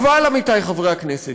עמיתי חברי הכנסת,